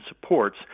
supports